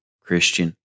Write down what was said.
Christian